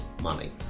money